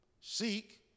Seek